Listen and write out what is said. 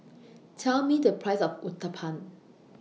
Tell Me The Price of Uthapam